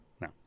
No